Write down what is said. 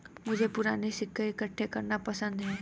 मुझे पूराने सिक्के इकट्ठे करना पसंद है